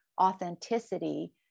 authenticity